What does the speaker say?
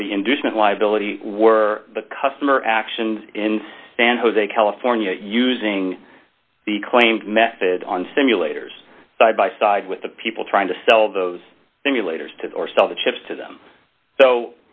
the inducement liability were the customer actions in san jose california using the claimed method on simulators side by side with the people trying to sell those simulators to or sell the chips to them so